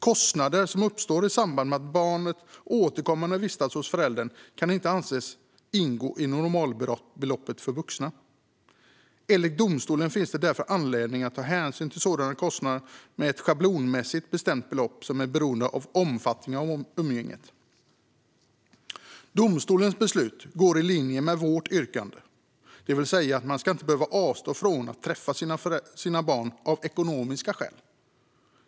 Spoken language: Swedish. Kostnader som uppstår i samband med att barnet återkommande vistas hos föräldern kan inte anses ingå i normalbeloppet för vuxna. Enligt domstolen finns det därför anledning att ta hänsyn till sådana kostnader med ett schablonmässigt bestämt belopp som är beroende av omfattningen av umgänget. Domstolens beslut går i linje med vårt yrkande, det vill säga att man inte ska behöva avstå från att träffa sina barn av ekonomiska skäl.